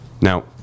now